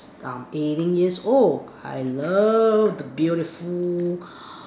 I'm eighteen years old I love the beautiful